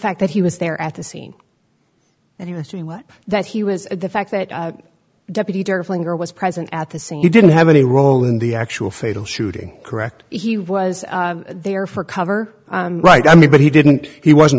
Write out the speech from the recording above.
fact that he was there at the scene that he was doing what that he was the fact that a deputy terrifying or was present at the scene he didn't have any role in the actual fatal shooting correct he was there for cover right i mean but he didn't he wasn't